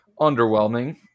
underwhelming